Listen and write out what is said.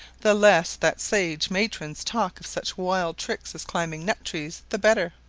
the less that sage matrons talk of such wild tricks as climbing nut-trees, the better.